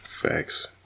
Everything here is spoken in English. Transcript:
Facts